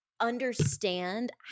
understand